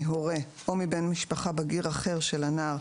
מהורה או מבן משפחה בגיר אחר של הנער,